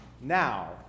now